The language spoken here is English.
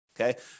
Okay